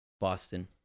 Boston